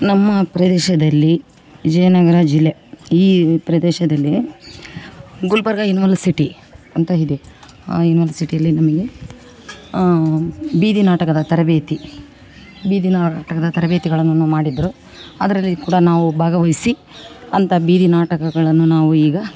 ನಮ್ಮ ಪ್ರದೇಶದಲ್ಲಿ ವಿಜಯನಗರ ಜಿಲ್ಲೆ ಈ ಪ್ರದೇಶದಲ್ಲಿ ಗುಲ್ಬರ್ಗ ಇನಿವಲ್ ಸಿಟಿ ಅಂತ ಇದೆ ಆ ಇನಿವಲ್ ಸಿಟಿಯಲ್ಲಿ ನಮಗೆ ಬೀದಿ ನಾಟಕದ ತರಬೇತಿ ಬೀದಿ ನಾಟಕದ ತರಬೇತಿಗಳನ್ನು ಮಾಡಿದ್ರು ಅದರಲ್ಲಿ ಕೂಡ ನಾವು ಭಾಗವಹಿಸಿ ಅಂತ ಬೀದಿ ನಾಟಕಗಳನ್ನು ನಾವು ಈಗ